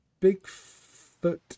Bigfoot